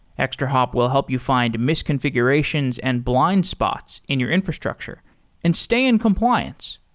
extrahop will help you find misconfigurations and blind spots in your infrastructure and stay in compliance.